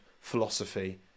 philosophy